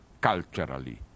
culturally